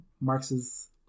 Marx's